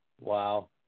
Wow